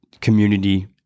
community